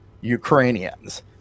Ukrainians